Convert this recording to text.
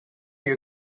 you